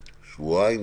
שבועיים.